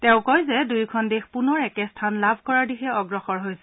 তেওঁ কয় যে দুয়োখন দেশ পুনৰ একে স্থান লাখ কৰাৰ দিশে অগ্ৰসৰ হৈছে